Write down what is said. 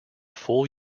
full